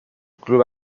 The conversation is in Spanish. club